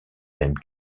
même